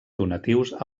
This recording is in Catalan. donatius